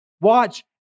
Watch